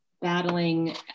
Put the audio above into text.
battling